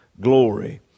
glory